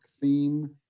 theme